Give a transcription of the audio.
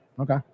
Okay